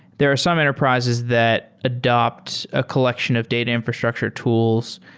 there are some enterprises that adapt a collection of data infrastructure tools,